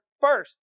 first